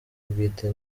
bwite